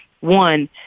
one